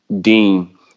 Dean